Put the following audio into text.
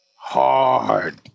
Hard